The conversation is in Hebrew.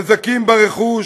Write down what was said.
נזקים ברכוש,